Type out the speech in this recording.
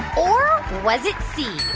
or was it c.